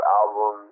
album